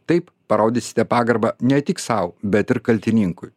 taip parodysite pagarbą ne tik sau bet ir kaltininkui